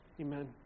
Amen